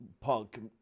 punk